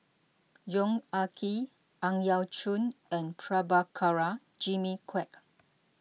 Yong Ah Kee Ang Yau Choon and Prabhakara Jimmy Quek